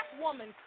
woman